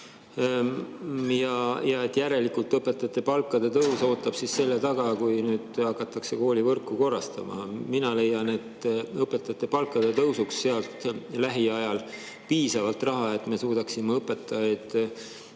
et järelikult õpetajate palkade tõus ootab selle taga, kui nüüd hakatakse koolivõrku korrastama. Mina leian, et õpetajate palkade tõusuks sealt lähiajal piisavalt raha – et me suudaksime õpetajaid